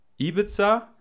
ibiza